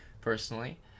personally